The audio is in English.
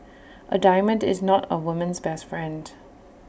A diamond is not A woman's best friend